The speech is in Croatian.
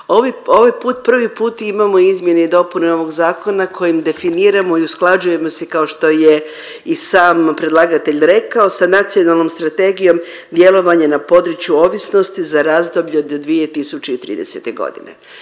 put prvi put imamo izmjene i dopune ovog zakona kojim definiramo i usklađujemo se kao što je i sam predlagatelj rekao sa Nacionalnom strategijom djelovanja na području ovisnosti za razdoblje od 2030.g.,